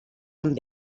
amb